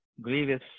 grievous